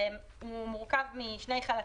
הוא מורכב משני חלקים.